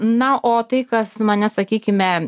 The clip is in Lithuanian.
na o tai kas mane sakykime